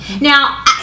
Now